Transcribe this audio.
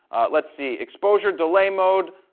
let's see exposure delay mode,